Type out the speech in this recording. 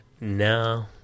No